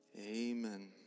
Amen